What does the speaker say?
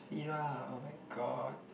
see lah oh-my-god